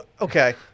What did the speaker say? Okay